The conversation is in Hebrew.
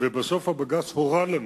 ובסוף בג"ץ הורה לנו